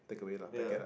yeah